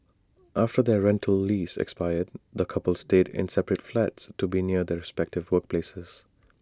after their rental lease expired the coupled stayed in separate flats to be near their respective workplaces